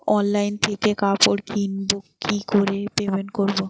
Online থেকে কাপড় কিনবো কি করে পেমেন্ট করবো?